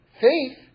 faith